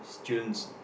students